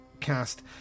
cast